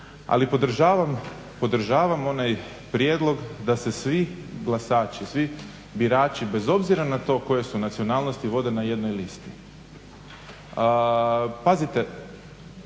ali podržavam onaj prijedlog da se svi glasači, svi birači bez obzira na to koje su nacionalnosti vode na jednoj listi. Pazite,